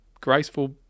graceful